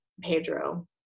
Pedro